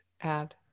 add